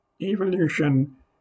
Evolution